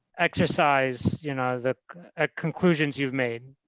exercise you know the ah conclusions you've made?